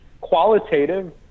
qualitative